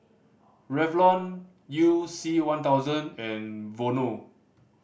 Revlon You C One thousand and Vono